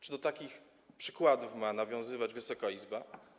Czy do takich przykładów ma nawiązywać Wysoka Izba?